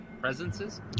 Presences